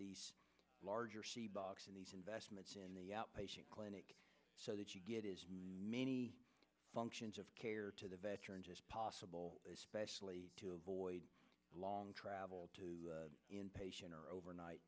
that larger box in these investments in the outpatient clinic so that you get as many functions of care to the veterans as possible especially to avoid long travel to inpatient or overnight